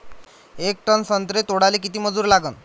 येक टन संत्रे तोडाले किती मजूर लागन?